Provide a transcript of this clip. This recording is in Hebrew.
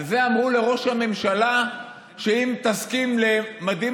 על זה אמרו לראש הממשלה: אם תסכים לממדים